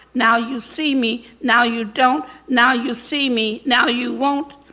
now you see me, now you don't. now you see me, now you won't.